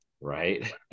Right